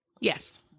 Yes